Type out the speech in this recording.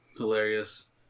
hilarious